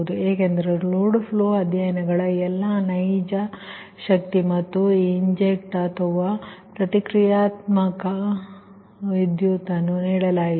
ಏಕೆಂದರೆ load flow ಅಧ್ಯಯನಗಳ ಎಲ್ಲಾ ನೈಜ ಶಕ್ತಿ ಮತ್ತು ಇಂಜೆಕ್ಟ್ ಅಥವಾ ನುಗಿಸಿದ ಪ್ರತಿಕ್ರಿಯಾತ್ಮಕ ವಿದ್ಯುತ್ ಅನ್ನು ನೀಡಲಾಗಿದೆ